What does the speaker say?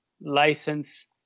license